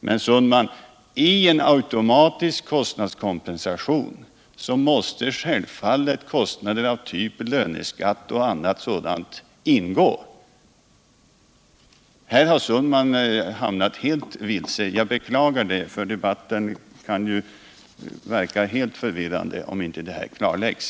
Men, Per Olof Sundman, i en automatisk kostnadskompensation måste självfallet kostnader av typ arbetsgivaravgift och annat sådant ingå. Här har Per Olof Sundman hamnat alldeles vilse. Jag beklagar det. Debatten kan ju verka helt förvirrande om inte det här klarläggs.